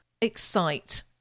excite